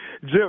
Jim